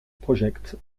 project